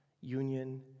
union